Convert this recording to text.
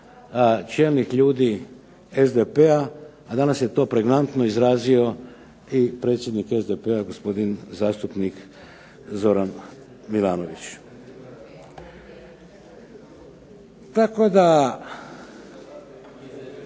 čelnih ljudi SDP-a, a danas je to pregnantno izrazio i predsjednik SDP-a gospodin zastupnik Zoran Milanović. Tako da